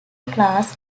class